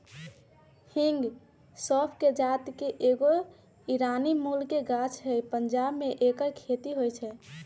हिंग सौफ़ कें जात के एगो ईरानी मूल के गाछ हइ पंजाब में ऐकर खेती होई छै